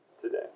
today